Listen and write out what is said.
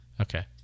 Okay